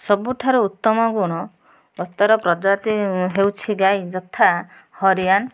ସବୁଠାରୁ ଉତ୍ତମ ଗୁଣ ପତର ପ୍ରଜାତି ହେଉଛି ଗାଈ ଯଥା ହରିୟାନ୍